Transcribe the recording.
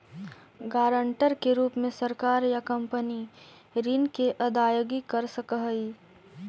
guarantor के रूप में सरकार या कंपनी ऋण के अदायगी कर सकऽ हई